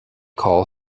call